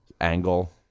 angle